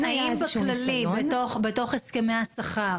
האם באופן כללי בתוך הסכמי השכר